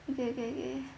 okay okay okay